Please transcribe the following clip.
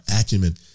acumen